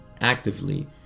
actively